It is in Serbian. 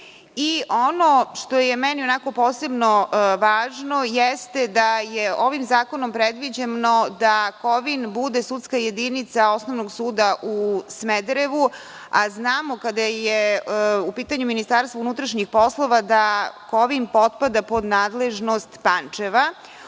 i ono što je meni posebno važno jeste da je ovim zakonom predviđeno da Kovin bude sudska jedinca Osnovnog u Smederevu, a znamo, kada je u pitanju Ministarstvo unutrašnjih poslova da Kovin potpada pod nadležnost Pančeva.O